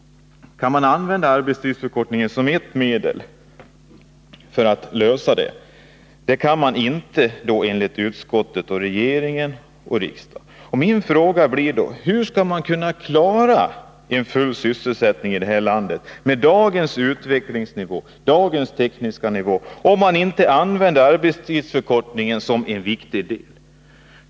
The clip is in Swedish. Kan man använda arbetstidsförkortningen som ett medel för att lösa det problemet? Det kan man inte enligt utskottet, regeringen och riksdagen. Min fråga blir då: Hur skall man med bibehållande av dagens tekniska nivå kunna behålla full sysselsättning i landet, om man inte använder arbetstidsförkortning som ett viktigt hjälpmedel?